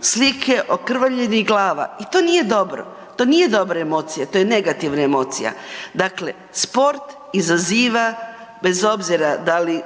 Slike okrvavljenih glava i to nije dobro, to nije dobra emocija, to je negativna emocija. Dakle sport izaziva bez obzira da li